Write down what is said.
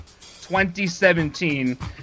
2017